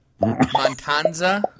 Montanza